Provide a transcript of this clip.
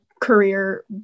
career